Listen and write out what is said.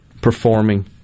performing